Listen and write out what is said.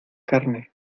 carne